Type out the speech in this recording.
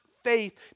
faith